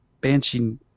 banshee